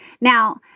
Now